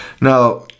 Now